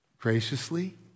Graciously